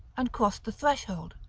and crossed the threshold.